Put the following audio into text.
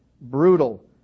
Brutal